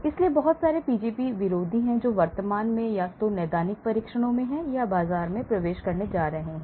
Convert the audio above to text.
इसलिए बहुत सारे Pgp विरोधी हैं जो वर्तमान में या तो नैदानिक परीक्षणों में हैं या बाजार में प्रवेश करने जा रहा हैं